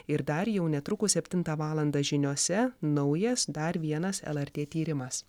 ir dar jau netrukus septintą valandą žiniose naujas dar vienas lrt tyrimas